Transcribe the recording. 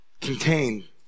contain